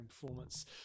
performance